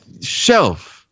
shelf